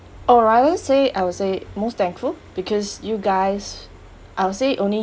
or rather say I would say most thankful because you guys I would say only